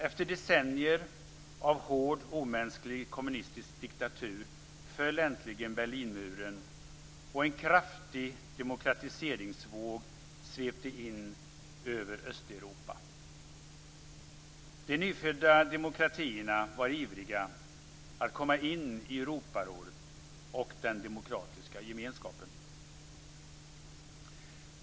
Efter decennier av hård, omänsklig kommunistisk diktatur föll äntligen Berlinmuren, och en kraftig demokratiseringsvåg svepte in över Östeuropa. De nyfödda demokratierna var ivriga att komma in i Europarådet och den demokratiska gemenskapen.